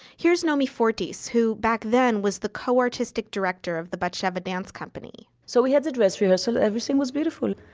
here's naomi fortis, who, back then, was the co-artistic director of the batsheva dance company so we had the dress rehearsal, everything was beautiful.